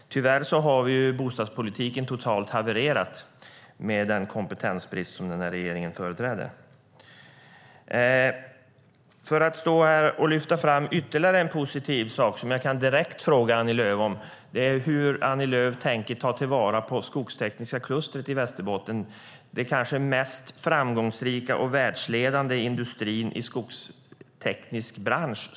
Tyvärr har ju bostadspolitiken totalt havererat med den kompetensbrist som regeringen företräder. För att lyfta fram ytterligare en positiv sak kan jag direkt fråga Annie Lööf: Hur tänker Annie Lööf ta till vara Skogstekniska klustret i Västerbotten? Det är den kanske mest framgångsrika och världsledande industrin i skogsteknisk bransch.